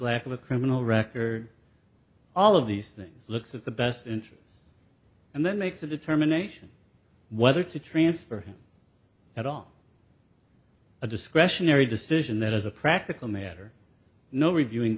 lack of a criminal record all of these things looks at the best interests and then makes a determination whether to transfer him at all a discretionary decision that as a practical matter no reviewing